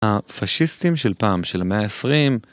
ה-פאשיסטים של פעם, של המאה העשרים,